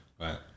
Right